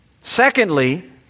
Secondly